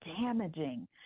damaging